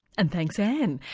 and thanks anne.